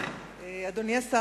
כרגע.